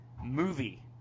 movie